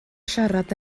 siarad